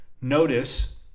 Notice